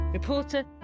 Reporter